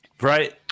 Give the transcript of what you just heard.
Right